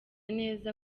neza